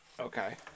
Okay